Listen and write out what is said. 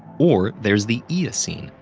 or there's the eocene,